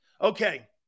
Okay